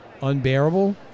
unbearable